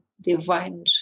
divine